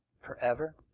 forever